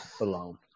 alone